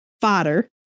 fodder